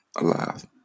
alive